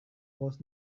was